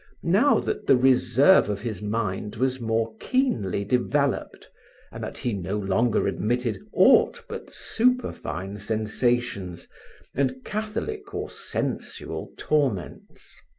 now that the reserve of his mind was more keenly developed and that he no longer admitted aught but superfine sensations and catholic or sensual torments.